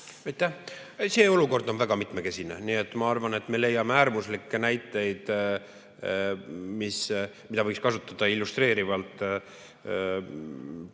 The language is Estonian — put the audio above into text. See olukord on väga mitmekesine, nii et ma arvan, et me leiame äärmuslikke näiteid, mida võiks kasutada illustreerivalt, täpselt